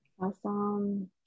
awesome